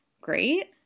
great